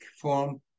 form